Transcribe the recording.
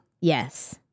Yes